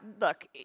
look